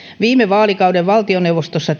viime vaalikauden valtioneuvostossa